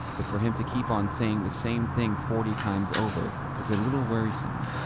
but for him to keep on saying the same thing forty times over is a little wearisome.